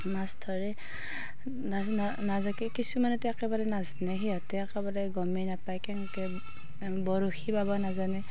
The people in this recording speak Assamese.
মাছ ধৰে নাজানে নাজানে কিছুমানেতো একেবাৰে নাজানে সিহঁতে একেবাৰে গমেই নাপায় কেনেকে বৰশী বাব নাজানে